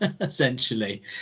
essentially